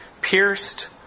pierced